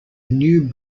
new